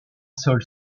sol